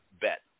bet